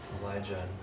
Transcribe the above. Elijah